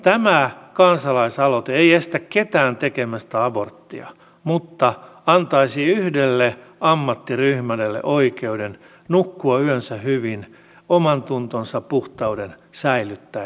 tämä kansalaisaloite ei estä ketään tekemästä aborttia mutta antaisi yhdelle ammattiryhmälle oikeuden nukkua yönsä hyvin omantuntonsa puhtauden säilyttäen